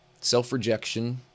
Self-rejection